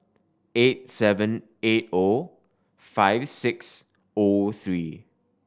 eight seven eight O five six O three